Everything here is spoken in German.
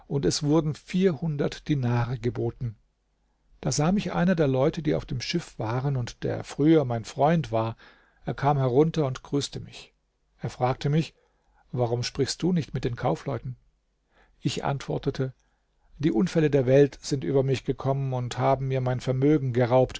und es wurden vierhundert dinare geboten da sah mich einer der leute die auf dem schiff waren und der früher mein freund war er kam herunter und grüßte mich er fragte mich warum sprichst du nicht mit den kaufleuten ich antwortete die unfälle der welt sind über mich gekommen und haben mir mein vermögen geraubt